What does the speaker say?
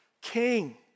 king